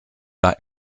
war